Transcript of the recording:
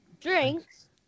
drinks